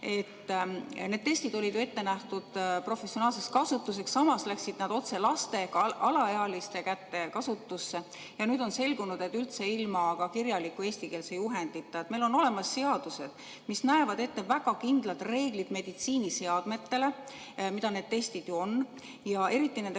Need testid olid ju ette nähtud professionaalseks kasutuseks, samas läksid need otse laste, alaealiste kätte kasutusse. Ja nüüd on selgunud, et veel üldse ilma kirjaliku eestikeelse juhendita. Meil on olemas seadused, mis näevad ette väga kindlad reeglid meditsiiniseadmetele, mida need testid on, ja eriti nende